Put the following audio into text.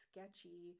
sketchy